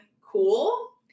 cool